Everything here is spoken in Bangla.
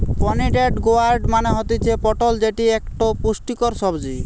পোনিটেড গোয়ার্ড মানে হতিছে পটল যেটি একটো পুষ্টিকর সবজি